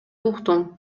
уктум